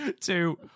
two